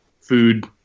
food